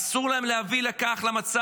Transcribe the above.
אסור להם להביא למצב